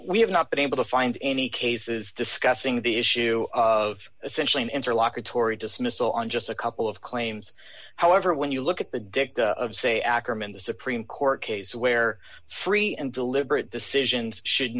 we have not been able to find any cases discussing the issue of essentially an interlocutory dismissal on just a couple of claims however when you look at the dict of say ackerman the supreme court case where free and deliberate decisions should